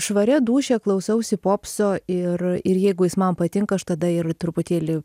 švaria dūšia klausausi popso ir ir jeigu jis man patinka aš tada ir truputėlį